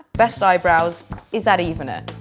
best eyebrows is that even a.